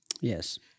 Yes